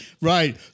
Right